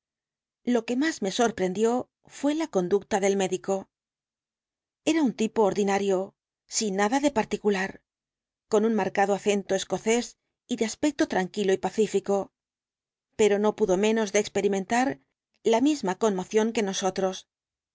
lo que más me sorprendió fué la conducta del médico era un tipo ordinario sin nada de particular con un marcado acento escocés y de aspecto tranquilo y pacífico pero no pudo menos de experimentar la misma conmoción que nosotros